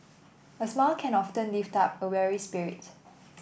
a smile can often lift up a weary spirit